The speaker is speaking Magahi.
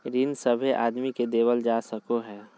ऋण सभे आदमी के देवल जा सको हय